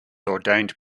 ordained